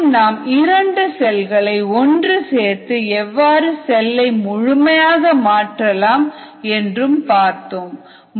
மேலும் நாம் இரண்டு செல்களை ஒன்று சேர்த்து எவ்வாறு செல்லை முழுமையாக மாற்றலாம் என்றும் பார்த்தோம்